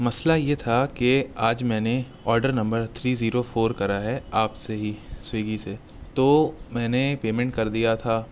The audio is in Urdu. مسئلہ یہ تھا کہ آج میں نے order number three zero four کرا ہے آپ سے ہی سویگی سے تو میں نے پیمنٹ کر دیا تھا